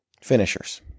finishers